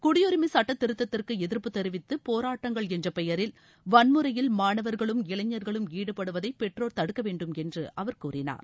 குடியுரிஸம சட்டத்திருத்தத்திற்கு எதிர்ப்பு தெரிவித்து போராட்டங்கள் என்ற பெயரில் வன்முறையில் மாணவர்களும் இளைஞர்களும் ஈடுபடுவதை பெற்றோர் தடுக்க வேண்டும் என்றும் அவர் கூறினார்